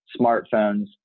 smartphones